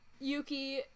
Yuki